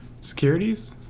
Securities